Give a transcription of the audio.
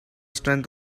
strength